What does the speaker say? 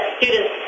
students